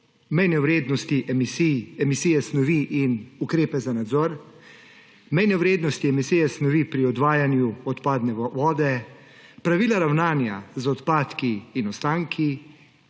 mejne vrednosti emisij, emisije snovi in ukrepe za nadzor, mejne vrednosti emisije snovi pri odvajanju odpadne vode, pravila ravnanja z odpadki in ostanki,